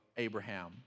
Abraham